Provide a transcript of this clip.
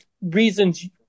reasons